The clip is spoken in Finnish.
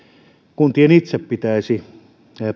kuntien itse pitäisi